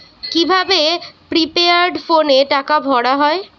কি ভাবে প্রিপেইড ফোনে টাকা ভরা হয়?